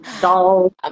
doll